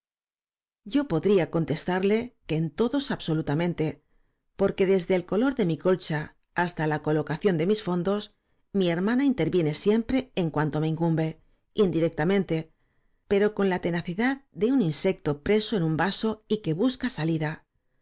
yo podría contestarle que en todos absolutamente porque desde el color de mi colcha hasta la colocación de mis fondos mi hermana interviene siempre en cuanto me incumbe indirectamente pero con la tenacidad de un insecto preso en un vaso y que busca salida